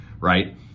Right